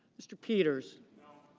mr. peters,